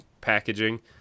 packaging